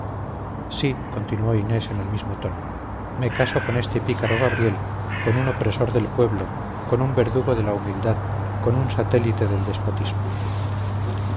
sí continuó inés en el mismo tono me caso con este pícaro gabriel con un opresor del pueblo con un verdugo de la humanidad con un satélite del despotismo